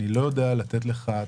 אני לא יודע לתת לך תחזית.